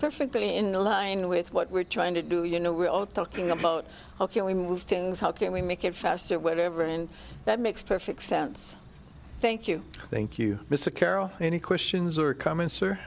perfectly in line with what we're trying to do you know we're all talking about how can we move things how can we make it faster or whatever and that makes perfect sense thank you thank you mr carroll any questions or comments or